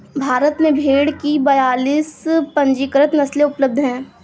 भारत में भेड़ की बयालीस पंजीकृत नस्लें उपलब्ध हैं